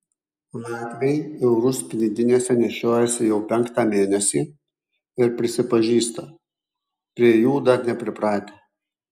latviai eurus piniginėse nešiojasi jau penktą mėnesį ir prisipažįsta prie jų dar nepripratę